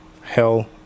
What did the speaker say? Hell